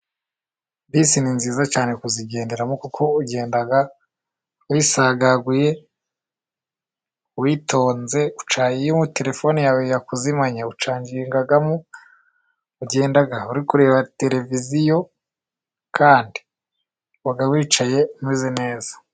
Bisi ni nziza cyane kuzigenderamo kuko ugenda wisanzuye witonze, iyo terefone yawe yakuzimanye ucagingamo. Ugenda uri kureba tereviziyo kandi uba wicaye umeze neza.